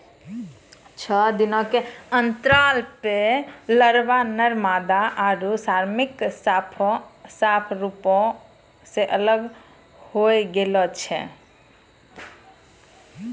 छः दिनो के अंतराल पे लारवा, नर मादा आरु श्रमिक साफ रुपो से अलग होए लगै छै